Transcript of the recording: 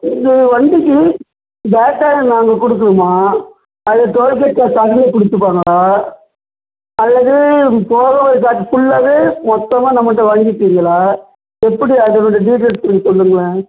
இது வண்டிக்கு பேட்டா நாங்கள் கொடுக்கணுமா அது டோல்கேட் காசு அவர்களே கொடுத்துப்பாங்களா அல்லது போக வர சார்ஜ் ஃபுல்லாகவே மொத்தமாக நம்மள்கிட்ட வாங்கீப்பிங்களா எப்படி அதனோடய டீட்டெயில்ஸ் கொஞ்சம் சொல்லுங்களேன்